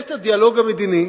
יש הדיאלוג המדיני,